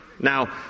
Now